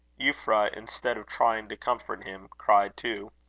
euphra, instead of trying to comfort him, cried too.